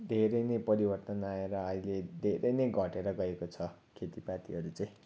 धेरै नै परिवर्तन आएर अहिले धेरै नै घटेर गएको छ खेतीपातीहरू चाहिँ